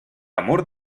amor